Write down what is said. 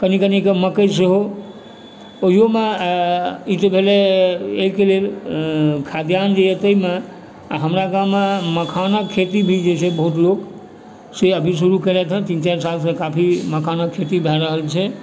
कनि कनि कऽ मकइ सेहो ओहियोमे ई तऽ भेलै एहिके लेल खाद्यान जे यऽ ताहिमे आओर हमरा गाममे मखानके खेती भी जे छै से बहुत लोग से अभी शुरू केलथिहँ तीन चारि सालसँ काफी मखानके खेती भए रहल छै